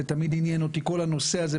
תמיד עניין אותי הנושא הזה,